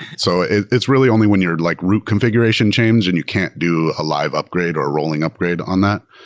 so it's really only when you're like root configuration change and you can't do a live upgrade or a rolling upgrade on that.